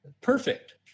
Perfect